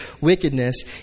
wickedness